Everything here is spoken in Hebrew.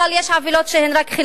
אבל יש עוולות שהן רק,